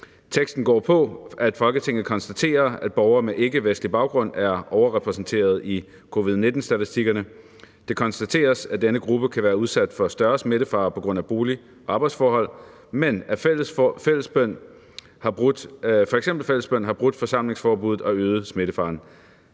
vedtagelse »Folketinget konstaterer, at borgere med ikkevestlig baggrund er overrepræsenteret i covid-19-statistikkerne. Det konstateres, at denne gruppe kan være udsat for større smittefare på grund af bolig- og arbejdsforhold, men at f.eks. fællesbøn har brudt forsamlingsforbuddet og øget smittefaren.